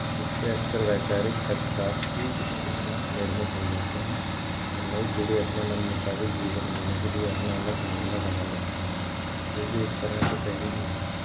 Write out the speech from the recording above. इससे अक्सर वैचारिक टकराव की इस्थितियाँ निर्मित हो जाती हैं और नई पीढ़ी अपने मन मुताबिक जीवन जीने के लिए अपना अलग घरौंदा बना लेती है जो कि एक तरह से सही भी है